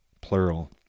plural